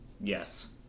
Yes